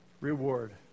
reward